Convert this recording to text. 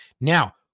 now